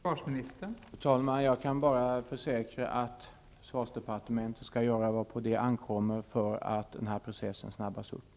Fru talman! Jag kan bara försäkra att försvarsdepartementet skall göra vad som på det ankommer för att den här processen skall skyndas på.